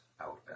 out